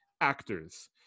actors